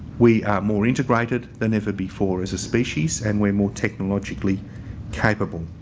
we are more integrated than ever before as a species. and we're more technologically capable.